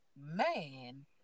man